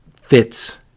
fits